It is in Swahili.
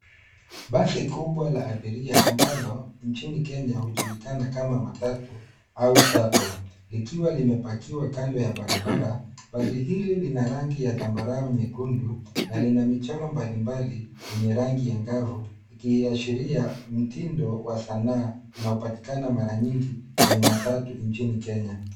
Basi kubwa la abiria ambalo nchini Kenya, ujulikana kama matatu au shuttle likiwa limepakiwa kando ya barabara. Basi hili lina rangi ya zambarau nyekundu na lina michoro mbalimbali yenye rangi angavu ikiashiria mtindo wa sanaa unaopatikana mara nyingi kwenye matatu nchini Kenya.